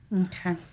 okay